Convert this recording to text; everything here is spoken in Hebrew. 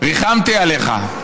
ריחמתי עליך.